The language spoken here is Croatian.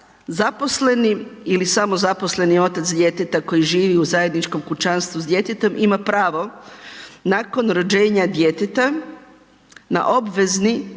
zaposleni ili samozaposleni otac djeteta koji živi u zajedničkom kućanstvu s djetetom ima pravo nakon rođenja djeteta na obvezni očinski